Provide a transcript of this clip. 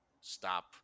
stop